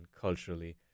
culturally